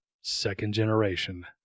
Second-generation